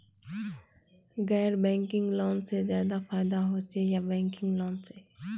गैर banking loan से ज्यादा फायदा होचे या बैंकिंग लोन से?